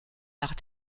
nach